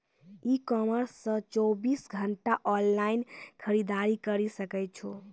ई commerce से चौबीस घंटा ऑनलाइन खरीदारी करी सकै छो